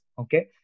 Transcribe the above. Okay